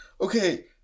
Okay